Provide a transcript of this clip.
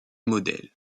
modèles